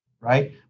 right